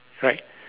right